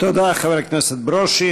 תודה, חבר הכנסת ברושי.